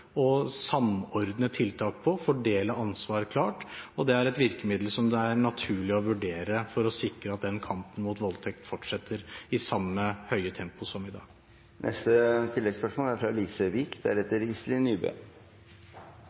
å samordne tiltak på, fordele ansvar klart, og det er et virkemiddel som det er naturlig å vurdere for å sikre at kampen mot voldtekt fortsetter i samme høye tempo som i